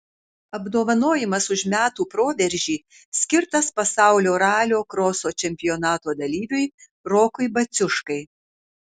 apdovanojimas už metų proveržį skirtas pasaulio ralio kroso čempionato dalyviui rokui baciuškai